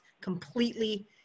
completely